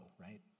right